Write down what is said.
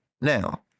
Now